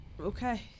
Okay